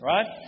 Right